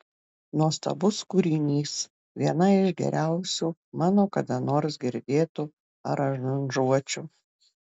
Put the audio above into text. nuostabus kūrinys viena iš geriausių mano kada nors girdėtų aranžuočių